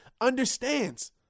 understands